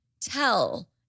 tell